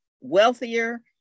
wealthier